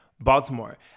Baltimore